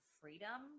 freedom